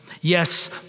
Yes